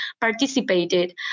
participated